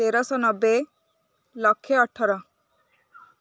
ତେରଶହ ନବେ ଲକ୍ଷେ ଅଠର